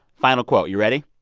final quote you ready?